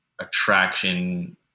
attraction